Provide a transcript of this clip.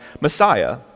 Messiah